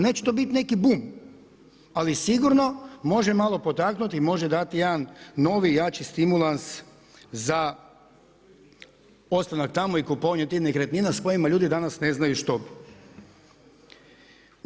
Neće to bit neki bum, ali sigurno može malo potaknuti i može dati jedan novi, jači stimulans za ostanak tamo i kupovanje tih nekretnina s kojima ljudi danas ne znaju što bi.